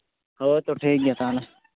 ᱦᱳᱭ ᱛᱚ ᱴᱷᱤᱠ ᱜᱮᱭᱟ ᱛᱟᱦᱚᱞᱮ